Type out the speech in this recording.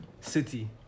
City